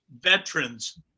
veterans